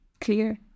clear